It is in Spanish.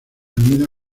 anida